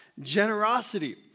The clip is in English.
generosity